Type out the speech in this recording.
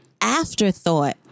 afterthought